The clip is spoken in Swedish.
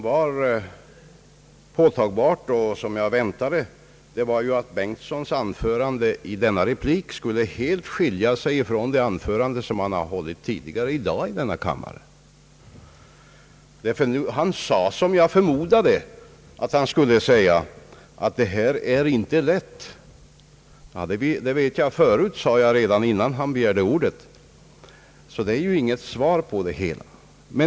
Det påtagliga och det jag hade väntat mig var att det han sade i sin replik helt skulle skilja sig från det anförande han tidigare höll. Som jag förmodade sade han, att »det här är inte lätt». Det visste jag innan han begärde ordet, så det var inget svar från honom.